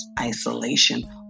isolation